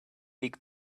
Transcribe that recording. big